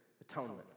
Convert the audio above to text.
atonement